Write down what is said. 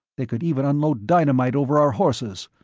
they could even unload dynamite over our horses.